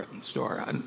store